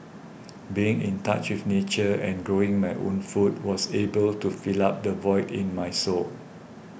being in touch with nature and growing my own food was able to fill up the void in my soul